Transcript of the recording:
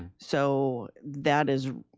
so that is